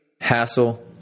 hassle